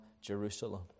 Jerusalem